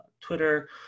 twitter